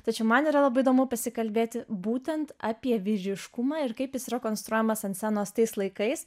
tai čia man yra labai įdomu pasikalbėti būtent apie vyriškumą ir kaip jis yra konstruojamas ant scenos tais laikais